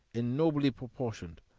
and nobly proportioned.